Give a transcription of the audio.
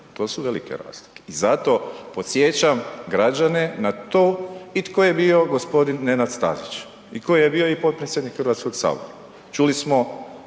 To su velike razlike. Zato podsjećam građane na to i tko je bio g. Nenad Stazić i tko je bio potpredsjednik HS-a. Čuli smo